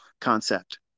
concept